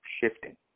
shifting